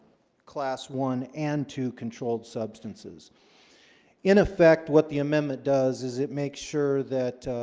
class one and two controlled substances in effect what the amendment does is it makes sure that?